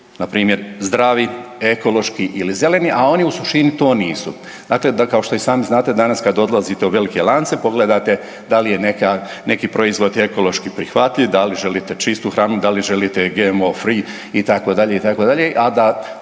npr. zdravi, ekološki ili zeleni, a oni u suštini to nisu. Dakle, kao što i sami znate danas kad odlazite u velike lance pogledate da li je neki proizvod ekološki prihvatljiv, da li želite čistu hranu, da li želite GMO free itd.,